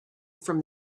from